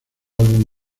álbum